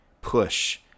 push